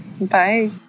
Bye